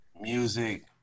music